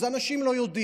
ואת זה אנשים לא יודעים,